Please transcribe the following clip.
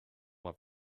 have